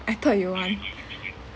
I thought you want